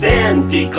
Santa